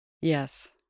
Yes